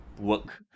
work